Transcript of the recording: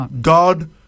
God